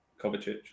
Kovacic